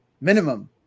minimum